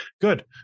good